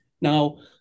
Now